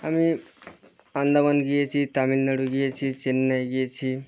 আমি আন্দামান গিয়েছি তামিলনাড়ু গিয়েছি চেন্নাই গিয়েছি